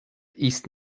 ist